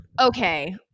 Okay